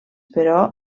però